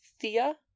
Thea